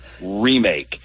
remake